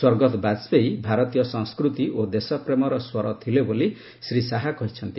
ସ୍ୱର୍ଗତ ବାଜପେୟୀ ଭାରତୀୟ ସଂସ୍କୃତି ଓ ଦେଶପ୍ରେମର ସ୍ୱର ଥିଲେ ବୋଲି ଶ୍ରୀ ଶାହା କହିଛନ୍ତି